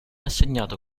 assegnato